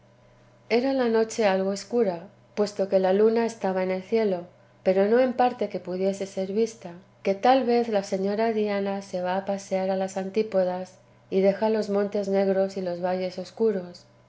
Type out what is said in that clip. era la noche algo escura puesto que la luna estaba en el cielo pero no en parte que pudiese ser vista que tal vez la señora diana se va a pasear a los antípodas y deja los montes negros y los valles escuros